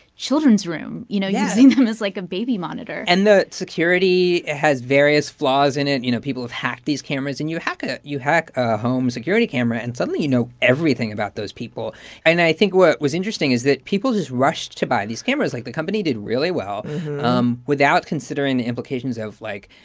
children's room, you know, using them as, like, a baby monitor and the security has various flaws in it, you know. people have hacked these cameras. and you hack ah you hack a home security camera, and, suddenly, you know everything about those people. and i think what was interesting is that people just rushed to buy these cameras like, the company did really well um without considering the implications of, like,